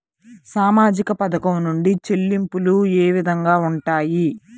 సామాజిక పథకం నుండి చెల్లింపులు ఏ విధంగా ఉంటాయి?